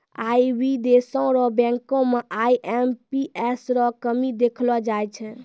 आई भी देशो र बैंको म आई.एम.पी.एस रो कमी देखलो जाय छै